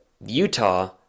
Utah